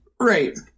Right